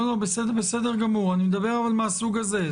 לא, בסדר גמור, אני מדבר אבל מהסוג הזה.